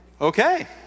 okay